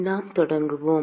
நாம் தொடங்குவோம்